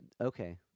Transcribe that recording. okay